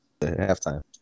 halftime